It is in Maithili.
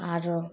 आओर